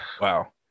Wow